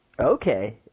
Okay